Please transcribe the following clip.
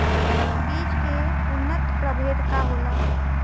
बीज के उन्नत प्रभेद का होला?